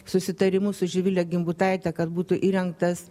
susitarimų su živile gimbutaite kad būtų įrengtas